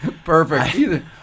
Perfect